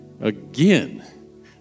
Again